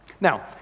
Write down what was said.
Now